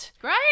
Great